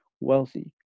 wealthy